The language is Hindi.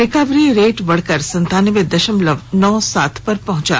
रिकवरी रेट बढ़कर सन्तानवे दशमलव नौ सात पर पहुंचा